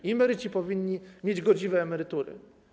I emeryci powinni mieć godziwe emerytury.